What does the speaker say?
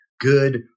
good